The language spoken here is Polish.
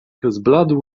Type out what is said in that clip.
zbladł